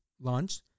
launch